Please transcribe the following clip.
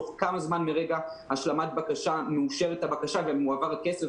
בתוך כמה זמן מרגע השלמת בקשה מאושרת הבקשה ומועבר הכסף,